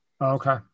Okay